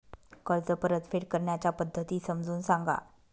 कर्ज परतफेड करण्याच्या पद्धती समजून सांगा